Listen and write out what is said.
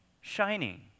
shining